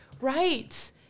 Right